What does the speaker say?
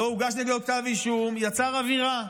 לא הוגש נגדו כתב אישום, יצר אווירה.